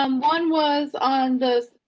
um one was on the,